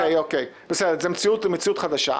אוקיי, אוקיי, זאת מציאות חדשה.